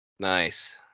Nice